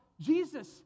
jesus